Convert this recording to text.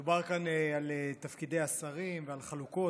מדובר כאן על תפקידי השרים ועל חלוקות.